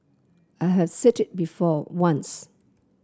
I have said it before once